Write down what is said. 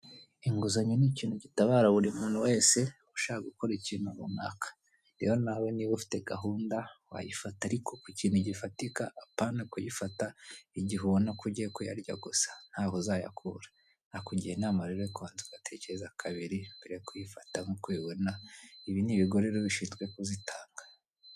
Inguzanyo ni ikintu gitabara buri muntu wese ushaka gukora ikintu runaka rero nawe niba ufite gahunda wayifata ariko ku kintu gifatika apana kuyifata igihe ubona ko ugiye kuyarya gusa ntaho uzayakura nakugira inama rero kubanza ugatekereza kabiri mbere yo kuyifata nkuko ubibona ibi ni ibigo rero bishinzwe kuzitanga.